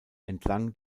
entlang